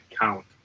count